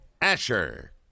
Asher